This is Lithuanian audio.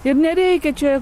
ir nereikia čia